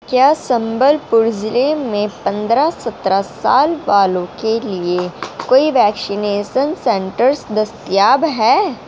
کیا سنبل پور ضلعے میں پندرہ سترہ سال والوں کے لیے کوئی ویکشینیسن سنٹرس دستیاب ہے